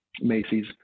Macy's